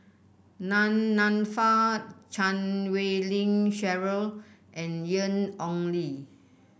Nan Nanfa Chan Wei Ling Cheryl and Ian Ong Li